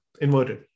inverted